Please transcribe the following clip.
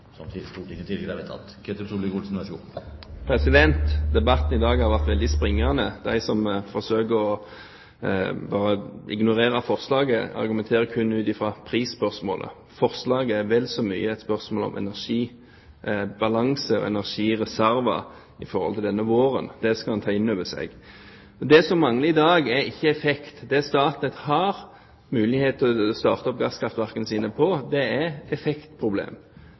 Debatten i dag har vært veldig springende. De som forsøker å ignorere forslaget, argumenterer kun ut fra prisspørsmålet. Forslaget er vel så mye et spørsmål om energibalanse og energireserver denne våren. Det skal en ta inn over seg. Det som mangler i dag, er ikke effekt. Det Statnett har mulighet til å starte opp gasskraftverkene sine for, er effektproblem. Det vi tar opp her, er